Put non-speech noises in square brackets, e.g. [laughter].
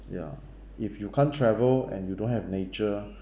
ya if you can't travel and you don't have nature [breath]